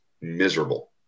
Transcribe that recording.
miserable